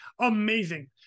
Amazing